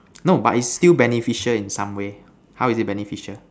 no but is still beneficial in some way how is it beneficial